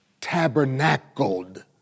tabernacled